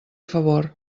favor